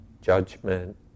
judgment